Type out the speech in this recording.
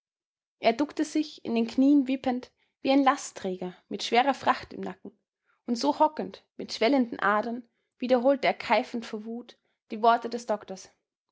er duckte sich in den knien wippend wie ein lastträger mit schwerer fracht im nacken und so hockend mit schwellenden adern wiederholte er keifend vor wut die worte des doktors